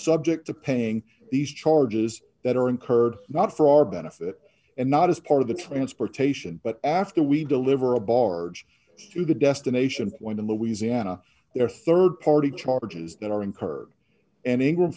subject to paying these charges that are incurred not for our benefit and not as part of the transportation but after we deliver a barge through the destination point in louisiana there are rd party charges that are incurred and ingram